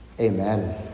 Amen